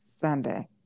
sunday